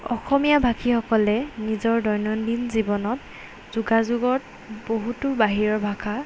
অসমীয়া ভাষীসকলে নিজৰ দৈনন্দিন জীৱনত যোগাযোগত বহুতো বাহিৰৰ ভাষা